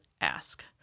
ask